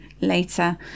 later